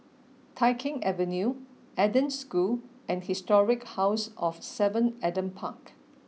Tai Keng Avenue Eden School and Historic House of Seven Adam Park